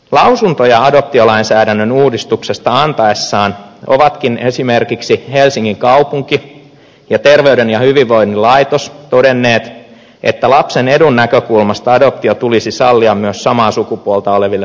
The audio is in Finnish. lausuntoja adoptiolainsäädännön uudistuksesta antaessaan ovatkin esimerkiksi helsingin kaupunki ja terveyden ja hyvinvoinnin laitos todenneet että lapsen edun näkökulmasta adoptio tulisi sallia myös samaa sukupuolta oleville pareille